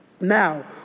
Now